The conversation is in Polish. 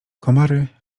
komary